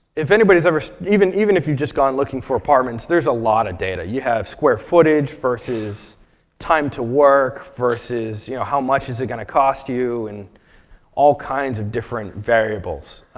if anybody's ever even even if you've just gone looking for apartments, there's a lot of data. you have square footage, versus time to work, versus you know how much is it going to cost you. and all kinds of different variables.